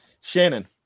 Shannon